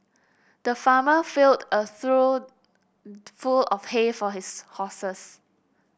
the farmer filled a trough full of hay for his horses